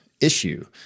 issue